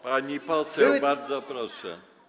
Pani poseł, bardzo proszę.